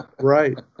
Right